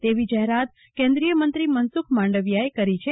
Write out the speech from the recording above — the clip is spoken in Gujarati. તેવી જાહેરાત કેન્દ્રીયમંત્રી મનસુખ માંડવીયાએ કરી છે